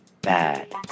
bad